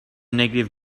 negative